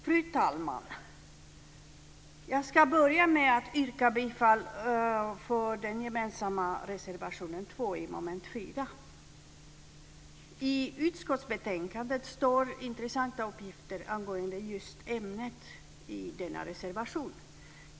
Fru talman! Jag ska börja med att yrka bifall till den gemensamma reservationen 2 i mom. 4. I utskottsbetänkandet står intressanta uppgifter angående just ämnet i denna reservation.